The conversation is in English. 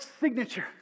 signature